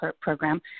program